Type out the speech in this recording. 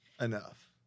enough